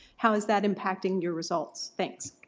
how is that impacting your results? thanks.